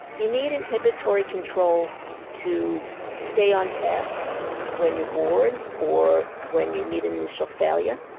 you need inhibitory control to stay on task when you're bored or when you meet initial failure.